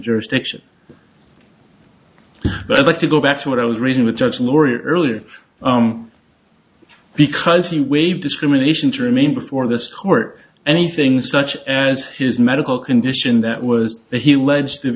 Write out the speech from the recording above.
jurisdiction but i'd like to go back to what i was reading with judge laurie earlier because he waived discrimination to remain before this court anything such as his medical condition that was that he le